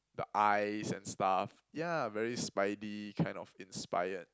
the eyes and stuff ya very spidey kind of inspired